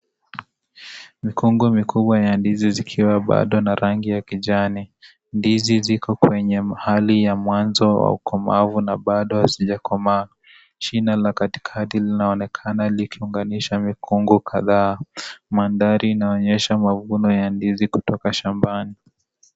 Mikungu mikubwa ya ndizi zikiwa baado na rangi ya kijani. Ndizi ziko kwenye mahali ya mwanzo wa ukomavu, baado hazijakomaa. Shina la katikati linaonekana likiunganisha mikungu kadhaa. Maandhari inaonyesha mavuno ya ndizi kutoka shambani.